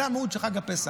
זו המהות של חג הפסח.